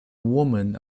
woman